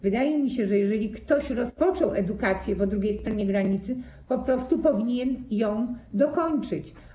Wydaje mi się, że jeżeli ktoś rozpoczął edukację po drugiej stronie granicy, po prostu powinien ją dokończyć.